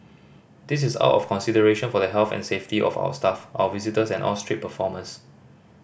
this is out of consideration for the health and safety of our staff our visitors and all street performers